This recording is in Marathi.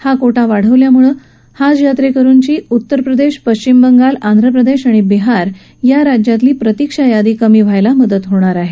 हा कोटा वाढवल्यामुळे हज यात्रेकरूंची उत्तर प्रदेश पश्विम बंगाल आंध्र प्रदेश आणि बिहार या राज्यातली प्रतीक्षा यादी कमी व्हायला मदत होणार आहे